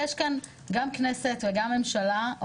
יש כאן גם כנסת וגם ממשלה,